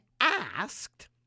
asked